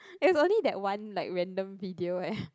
it's only that one like random video leh